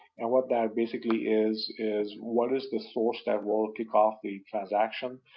and what that basically is, is what is the source that will kick off the transaction?